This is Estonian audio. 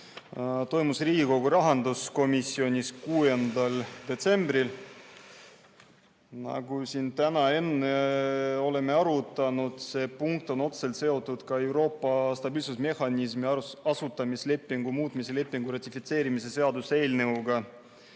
toimus Riigikogu rahanduskomisjonis 6. detsembril. Nagu me täna siin enne oleme arutanud, see punkt on otseselt seotud ka Euroopa stabiilsusmehhanismi asutamislepingu muutmise lepingu ratifitseerimise seaduse eelnõuga